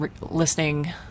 listening